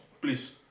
Please